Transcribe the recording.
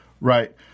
Right